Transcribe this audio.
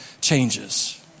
changes